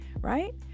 right